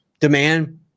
Demand